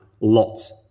lots